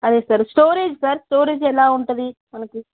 అదే sir storage sir storage ఎలా ఉంటుంది మనకి